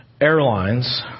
airlines